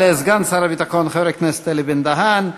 תודה לסגן שר הביטחון חבר הכנסת אלי בן-דהן.